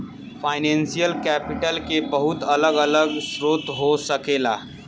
financial capital के बहुत अलग अलग स्रोत हो सकेला